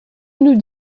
nous